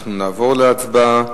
אנחנו נעבור להצבעה.